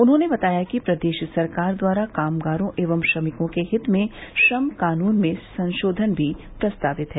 उन्होंने बताया कि प्रदेश सरकार द्वारा कामगारों एवं श्रमिकों के हित में श्रम कानून में संशोधन भी प्रस्तावित है